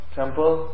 temple